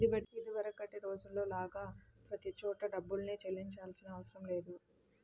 ఇదివరకటి రోజుల్లో లాగా ప్రతి చోటా డబ్బుల్నే చెల్లించాల్సిన అవసరం లేదు